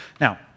Now